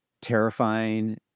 terrifying